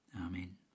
Amen